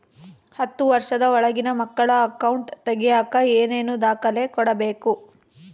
ಹತ್ತುವಷ೯ದ ಒಳಗಿನ ಮಕ್ಕಳ ಅಕೌಂಟ್ ತಗಿಯಾಕ ಏನೇನು ದಾಖಲೆ ಕೊಡಬೇಕು?